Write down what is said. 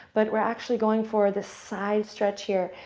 but we're actually going for the side stretch here.